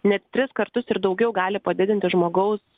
net tris kartus ir daugiau gali padidinti žmogaus